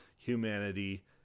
humanity